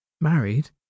Married